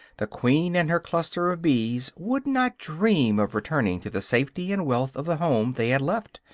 the queen and her cluster of bees would not dream of returning to the safety and wealth of the home they had left,